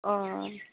अ